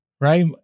Right